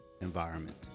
environment